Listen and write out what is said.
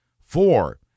Four